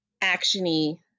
actiony